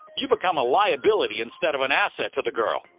you become a liability instead of an asset to the girl.